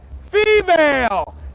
female